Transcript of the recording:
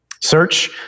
Search